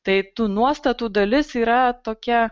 tai tų nuostatų dalis yra tokia